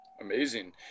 Amazing